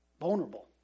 vulnerable